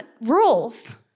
rules